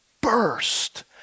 burst